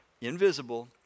invisible